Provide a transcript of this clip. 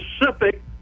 specific